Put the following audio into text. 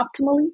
optimally